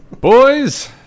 Boys